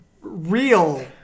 real